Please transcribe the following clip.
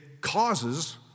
causes